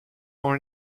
more